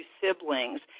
siblings